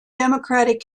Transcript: democratic